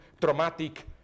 traumatic